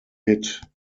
hit